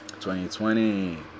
2020